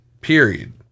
period